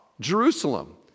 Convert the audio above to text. Jerusalem